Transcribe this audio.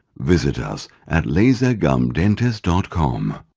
visit us at lasergumdentist dot com